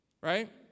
Right